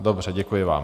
Dobře, děkuji vám.